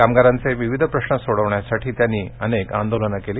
कामगारांचे विविध प्रश्न सोडवण्यासाठी त्यांनी अनेक आंदोलनं केली